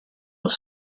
was